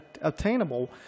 attainable